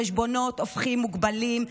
חשבונות הופכים מוגבלים,